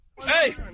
Hey